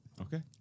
Okay